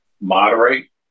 moderate